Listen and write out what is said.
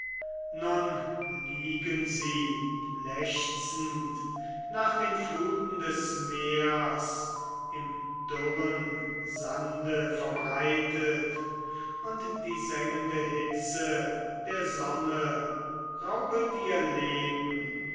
nun liegen sie lechzend nach den fluten des meers im dürren sande verbreitet und die sengende hitze der sonne raubet ihr leben